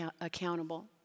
accountable